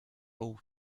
all